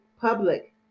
public